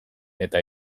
eta